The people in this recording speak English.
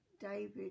David